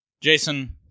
Jason